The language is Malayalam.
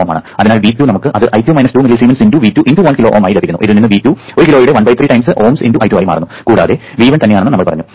അതിനാൽ V2 നമുക്ക് അത് I2 2 മില്ലിസീമെൻസ് × V2 × 1 കിലോ Ω ആയി ലഭിക്കുന്നു ഇതിൽ നിന്ന് V2 ഒരു കിലോയുടെ 13 Ω × I2 ആയി മാറുന്നു കൂടാതെ V1 തന്നെയാണെന്നും നമ്മൾ പറഞ്ഞു